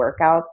workouts